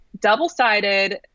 double-sided